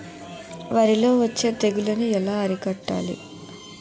వరిలో వచ్చే తెగులని ఏలా అరికట్టాలి?